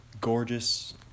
gorgeous